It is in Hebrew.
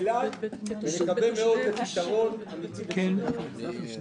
ונקווה מאוד לפתרון אמיתי וצודק.